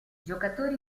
giocatori